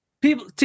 people